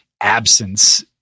absence